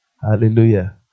Hallelujah